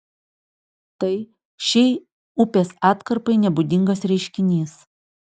tai šiai upės atkarpai nebūdingas reiškinys